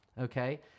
Okay